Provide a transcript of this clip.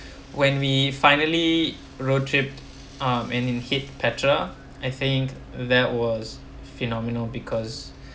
when we finally roadtrip um and we hit petra I think that was phenomenal because